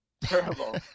terrible